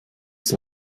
sie